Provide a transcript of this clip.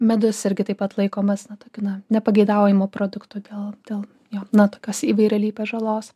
medus irgi taip pat laikomas na tokiu na nepageidaujamu produktu dėl dėl jo na tokios įvairialypės žalos